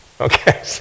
Okay